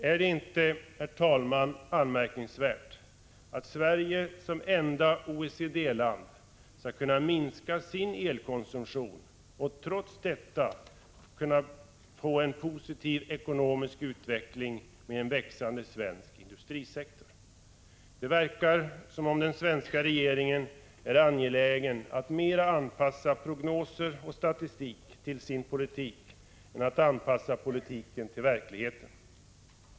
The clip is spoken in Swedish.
Är det inte anmärkningsvärt, att Sverige som enda OECD-land skall kunna minska sin elkonsumtion och trots detta kunna få en positiv ekonomisk utveckling med en växande svensk industrisektor? Det verkar som om den svenska regeringen är angelägen att mera anpassa prognoser och statistik till sin politik än att anpassa politiken till verkligheten.